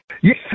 Yes